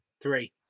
Three